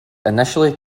initially